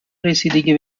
رسیدگی